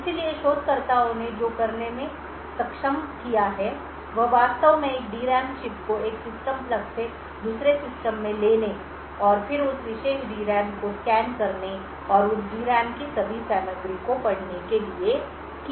इसलिए शोधकर्ताओं ने जो करने में सक्षम किया है वह वास्तव में एक डी रैम चिप को एक सिस्टम प्लग से दूसरे सिस्टम में लेने और फिर उस विशेष डी रैम को स्कैन करने और उस डी रैम की सभी सामग्री को पढ़ने के लिए है